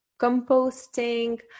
composting